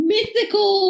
Mythical